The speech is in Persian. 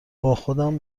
باخودم